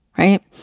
right